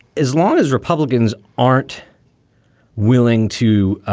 as long as republicans aren't willing to